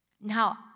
Now